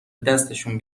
دستشون